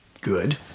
Good